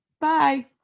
Bye